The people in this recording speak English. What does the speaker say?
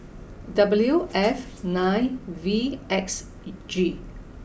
W F nine V X E G